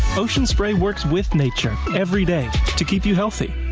ocean spray works with nature every day to keep you healthy.